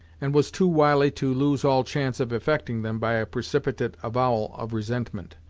and was too wily to lose all chance of effecting them by a precipitate avowal of resentment.